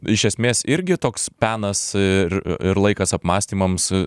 iš esmės irgi toks penas ir ir laikas apmąstymams